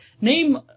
name